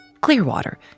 Clearwater